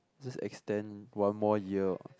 just extend one more year